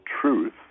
truth